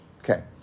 Okay